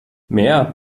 mehr